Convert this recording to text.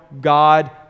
God